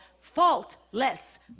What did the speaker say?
faultless